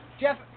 Jeff